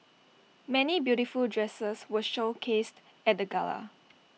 many beautiful dresses were showcased at the gala